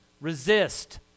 resist